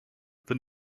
than